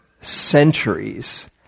centuries